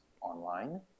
online